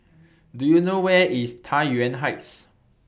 Do YOU know Where IS Tai Yuan Heights